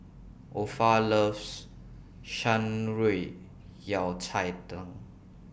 Opha loves Shan Rui Yao Cai Tang